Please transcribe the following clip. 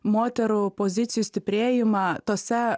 moterų pozicijų stiprėjimą tose